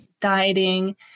dieting